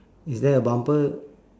is there a bumper